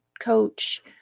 coach